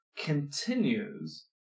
continues